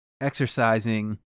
exercising